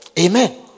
Amen